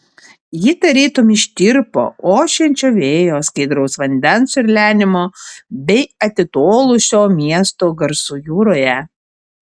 ji tarytum ištirpo ošiančio vėjo skaidraus vandens čiurlenimo bei atitolusio miesto garsų jūroje